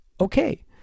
Okay